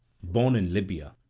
born in libya,